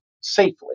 safely